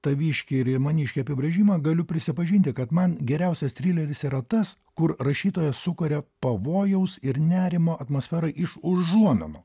taviškį maniškį apibrėžimą galiu prisipažinti kad man geriausias trileris yra tas kur rašytojas sukuria pavojaus ir nerimo atmosferą iš užuominų